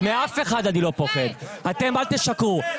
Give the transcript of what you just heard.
אתם אל תשקרו,